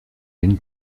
den